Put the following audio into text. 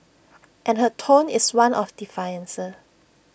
and her tone is one of defiance